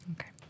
Okay